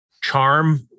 charm